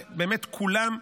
באמת כולם,